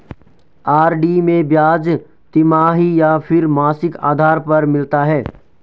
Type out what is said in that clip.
RD में ब्याज तिमाही या फिर मासिक आधार पर मिलता है?